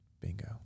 Bingo